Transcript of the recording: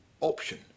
option